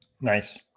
Nice